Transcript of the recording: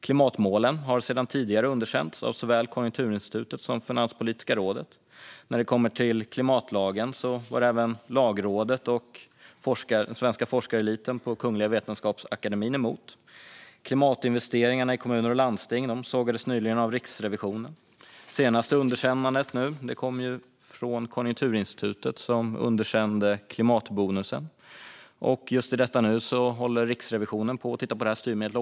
Klimatmålen har sedan tidigare underkänts av såväl Konjunkturinstitutet som Finanspolitiska rådet. När det kommer till klimatlagen var även Lagrådet och den svenska forskareliten på Kungliga Vetenskapsakademien emot. Klimatinvesteringarna i kommuner och landsting sågades nyligen av Riksrevisionen. Senaste underkännandet kom från Konjunkturinstitutet, som underkände klimatbonusen. Just i detta nu håller Riksrevisionen på att titta på det styrmedlet.